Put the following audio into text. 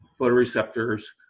photoreceptor's